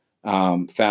Found